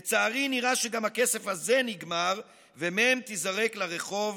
לצערי, נראה שגם הכסף הזה נגמר ומ' תיזרק לרחוב